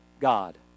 God